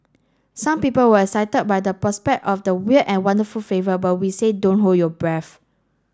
some people were excited by the prospect of the weird and wonderful flavour but we say don't hold your breath